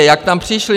Jak tam přišli?